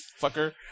fucker